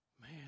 man